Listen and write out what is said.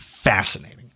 fascinating